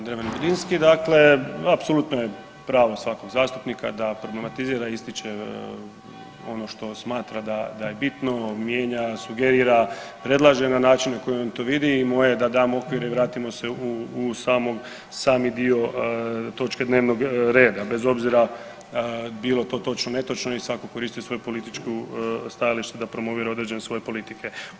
Uvažena zastupnice Dreven Budinski, dakle apsolutno je pravo svakog zastupnika da problematizira i ističe ono što smatra da je bitno, mijenja, sugerira, predlaže na način na koji on to vidi i moje je da dam okvire i vratimo se u sami dio točke dnevnog reda, bez obzira bilo to točno, netočno i svako koristi svoju političku stajalište da promovira određene svoje politike.